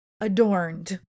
adorned